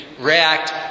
react